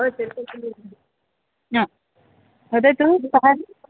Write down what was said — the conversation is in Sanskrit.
हा वदतु